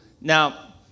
Now